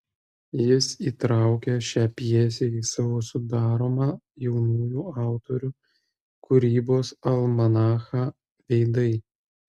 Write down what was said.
jis įtraukė šią pjesę į savo sudaromą jaunųjų autorių kūrybos almanachą veidai